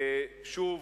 שוב,